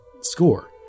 score